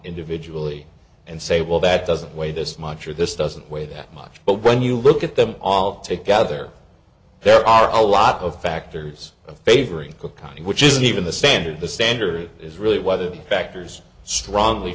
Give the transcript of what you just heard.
individually and say well that doesn't weigh this much or this doesn't weigh that much but when you look at them all together there are a lot of factors of favoring a kind which isn't even the standard the standard is really whether the factors strongly